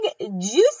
juicy